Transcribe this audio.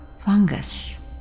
Fungus